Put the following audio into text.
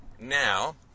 now